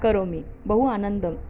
करोमि बहु आनन्दम्